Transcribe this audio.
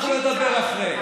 אנחנו נדבר אחרי.